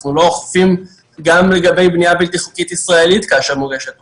אנחנו לא אוכפים גם לגבי בנייה בלתי חוקית ישראלית כאשר מוגשת תוכנית.